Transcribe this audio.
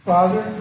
Father